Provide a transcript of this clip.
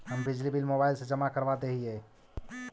हम बिजली bill mobile से जमा करवा देहियै?